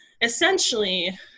Essentially